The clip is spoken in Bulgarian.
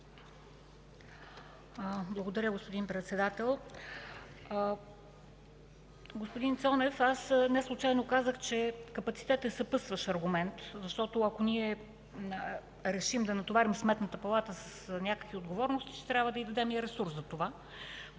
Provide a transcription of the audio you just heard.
Благодаря, господин Председател.